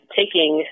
taking